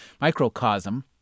microcosm